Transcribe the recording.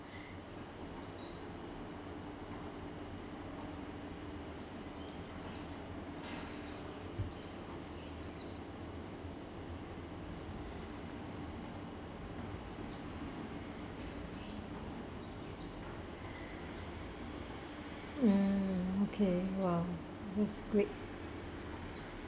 mm mm okay !wow! it's great